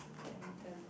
Badminton